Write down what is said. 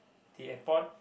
the airport